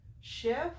shift